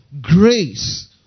grace